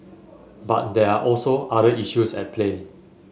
but there are also other issues at play